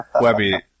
Webby